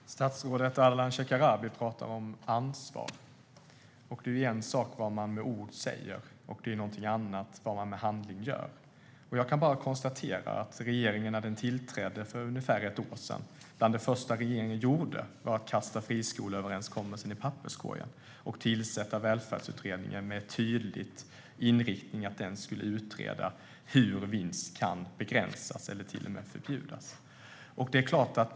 Herr talman! Statsrådet Ardalan Shekarabi talar om ansvar. Det är en sak vad man med ord säger, en annan vad man med handling gör. Bland det första regeringen gjorde när man tillträdde för ungefär ett år sedan var att kasta friskoleöverenskommelsen i papperskorgen och tillsätta Välfärdsutredningen med tydlig inriktning att utreda hur vinst kan begränsas eller till och med förbjudas.